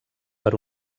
per